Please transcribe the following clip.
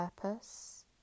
purpose